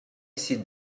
sit